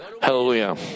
Hallelujah